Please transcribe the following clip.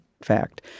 fact